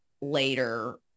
later